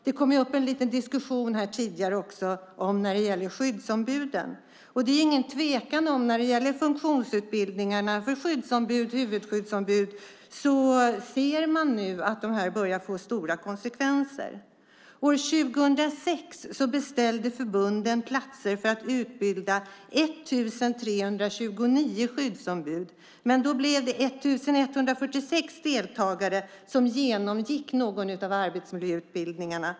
Det kom ju upp en liten diskussion om skyddsombuden tidigare. När det gäller funktionsutbildningarna för huvudskyddsombud är det ingen tvekan om att det här börjar få stora konsekvenser. År 2006 beställde förbunden platser för att utbilda 1 329 skyddsombud men det blev 1 146 deltagare som genomgick någon av arbetsmiljöutbildningarna.